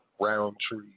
Roundtree